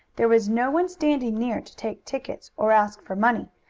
there was no one standing near to take tickets, or ask for money,